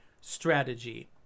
strategy